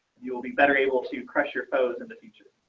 you will be better able to crush your phones in the future.